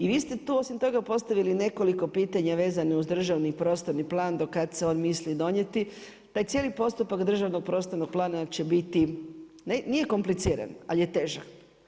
I vi ste tu osim toga postavili nekoliko pitanja vezano uz državni prostorni plan do kada se on misli donijeti, taj cijeli postupak državnog prostornog plana će biti, nije kompliciran ali je težak.